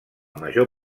major